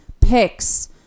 picks –